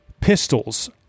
pistols